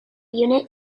unit